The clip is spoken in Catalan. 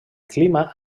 clima